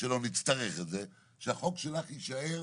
שלא נצטרך את זה - שהחוק שלך יישאר